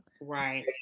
Right